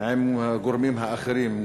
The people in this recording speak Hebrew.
עם הגורמים האחרים,